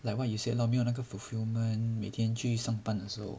like what you said lor 没有那个 fulfillment 每天去上班的时候